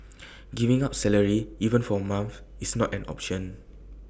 giving up salary even for A month is not an option